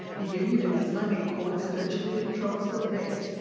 the union of islamic courts virtually controls the rest,